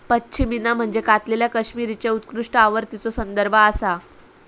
पश्मिना म्हणजे कातलेल्या कश्मीरीच्या उत्कृष्ट आवृत्तीचो संदर्भ आसा